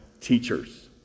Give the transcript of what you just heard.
teachers